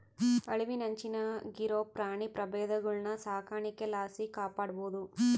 ಅಳಿವಿನಂಚಿನಾಗಿರೋ ಪ್ರಾಣಿ ಪ್ರಭೇದಗುಳ್ನ ಸಾಕಾಣಿಕೆ ಲಾಸಿ ಕಾಪಾಡ್ಬೋದು